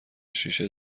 شیشه